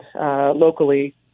locally